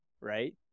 right